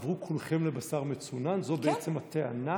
לעבור לאכילת בשר מצונן, זאת בעצם הטענה?